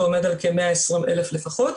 ועומד על כ- 120,000 לפחות,